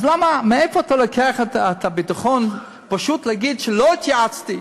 אז מאיפה אתה לוקח את הביטחון פשוט להגיד שלא התייעצתי?